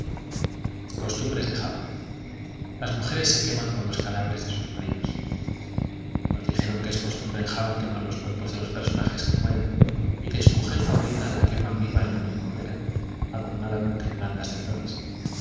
costumbres de java las mujeres se queman con los cadáveres de sus maridos nos dijeron que es costumbre en java quemar los cuerpos de los personajes que mueren y que su mujer favorita la queman viva en la misma hoguera adornada con guirnaldas de flores